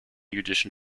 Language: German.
jüdischen